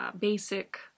basic